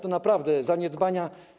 To naprawdę zaniedbania.